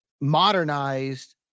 modernized